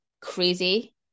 crazy